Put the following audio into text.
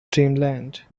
dreamland